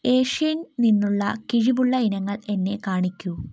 Asian നിന്നുള്ള കിഴിവുള്ള ഇനങ്ങൾ എന്നെ കാണിക്കൂ